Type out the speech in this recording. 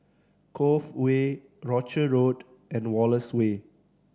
Cove Way Rochor Road and Wallace Way